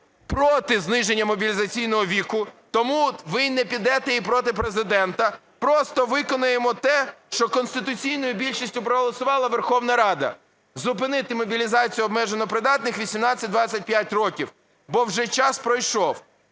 проти зниження мобілізаційного віку, тому ви не підете і проти Президента. Просто виконаємо те, що конституційною більшістю проголосувала Верховна Рада, – зупинити мобілізацію обмежено придатних 18-25 років, бо вже час пройшов.